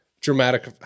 dramatic